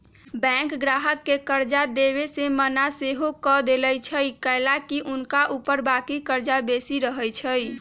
bank गाहक के कर्जा देबऐ से मना सएहो कऽ देएय छइ कएलाकि हुनका ऊपर बाकी कर्जा बेशी रहै छइ